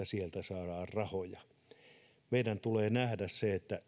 sieltä saadaan rahoja meidän tulee nähdä että